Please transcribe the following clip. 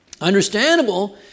Understandable